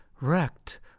wrecked